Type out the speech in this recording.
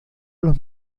los